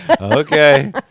Okay